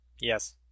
Yes